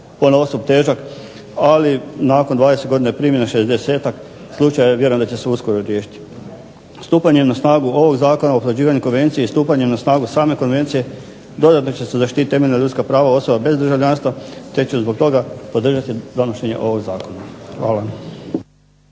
ponaosob težak ali nakon 20 godina primjene 60-ak vjerujem da će se uskoro riješiti. Stupanjem na snagu ovog Zakona o potvrđivanju konvencije i stupanjem na snagu same konvencije dodatno će se zaštititi temeljna ljudska prava osoba bez državljanstva te će ću zbog toga podržati donošenje ovog zakona. Hvala.